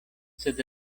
sed